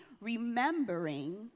remembering